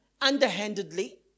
underhandedly